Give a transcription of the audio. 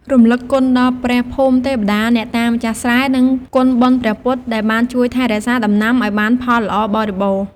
រំឭកគុណ ដល់ព្រះភូមិទេវតា អ្នកតាម្ចាស់ស្រែ និងគុណបុណ្យព្រះពុទ្ធ ដែលបានជួយថែរក្សាដំណាំឱ្យបានផលល្អបរិបូរណ៍។